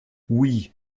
oui